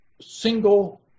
single